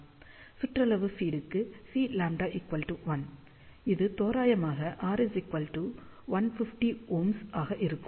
சுற்றளவு ஃபீட் க்கு Cλ 1 இது தோராயமாக R 150Ω ஆக இருக்கும்